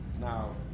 Now